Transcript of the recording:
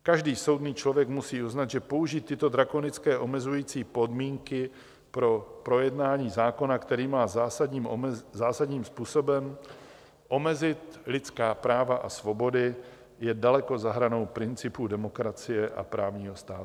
Každý soudný člověk musí uznat, že použít tyto drakonické omezující podmínky pro projednání zákona, který má zásadním způsobem omezit lidská práva a svobody, je daleko za hranou principů demokracie a právního státu.